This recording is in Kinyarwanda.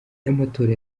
y’amatora